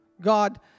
God